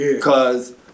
Cause